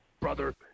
Brother